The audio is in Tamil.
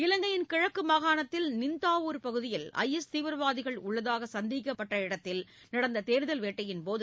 இலங்கையின் கிழக்குமாகாணத்தின் நின்தாவூர் பகுதியில் தீவிரவாதிகள் ஐஎஸ் உள்ளதாகசந்தேகிக்கப்பட்ட இடத்தில் நடந்ததேடுதல் வேட்டையின்போது